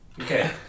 Okay